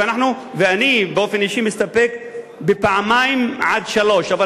ואני באופן אישי מסתפק בפעמיים עד שלוש פעמים,